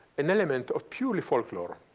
an element of purely folklore.